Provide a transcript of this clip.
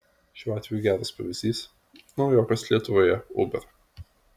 šiuo atžvilgiu geras pavyzdys naujokas lietuvoje uber